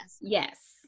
yes